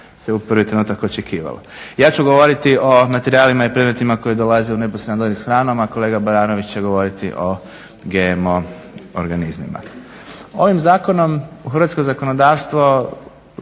se u prvi trenutak očekivalo. Ja ću govoriti o materijalima i predmetima koji dolaze u neposredan dodir s hranom, a kolega Baranović će govoriti o GMO organizmima. Ovim zakonom u hrvatsko zakonodavstvo